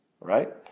right